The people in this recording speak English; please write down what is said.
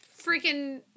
freaking